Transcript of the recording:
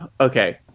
okay